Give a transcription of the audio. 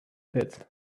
pit